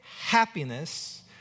happiness